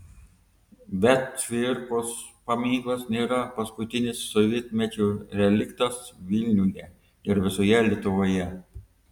bet cvirkos paminklas nėra paskutinis sovietmečio reliktas vilniuje ir visoje lietuvoje